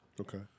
Okay